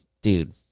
Dude